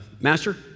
Master